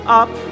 up